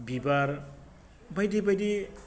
बिबार बायदि बायदि